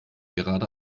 gerade